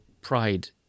pride